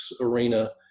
arena